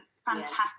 fantastic